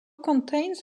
contains